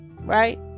right